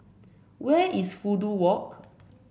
where is Fudu Walk